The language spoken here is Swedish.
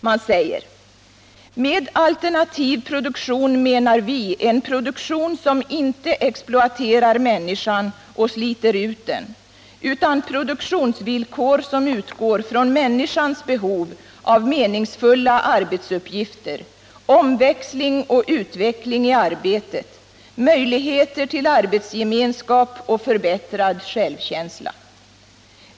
Man säger: ”Med alternativ produktion menar vi en produktion som inte exploaterar människan och sliter ut den, utan produktionsvillkor som utgår från 59 människans behov av meningsfulla arbetsuppgifter, omväxling och utveckling i arbetet, möjligheter till arbetsgemenskap och förbättrad självkänsla.